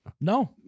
No